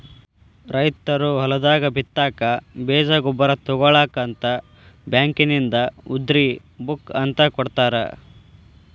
ರೈತರು ಹೊಲದಾಗ ಬಿತ್ತಾಕ ಬೇಜ ಗೊಬ್ಬರ ತುಗೋಳಾಕ ಅಂತ ಬ್ಯಾಂಕಿನಿಂದ ಉದ್ರಿ ಬುಕ್ ಅಂತ ಕೊಡತಾರ